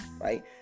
right